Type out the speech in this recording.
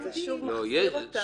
אבל זה שוב מחזיר אותנו